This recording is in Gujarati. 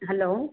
હલો